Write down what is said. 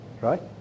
right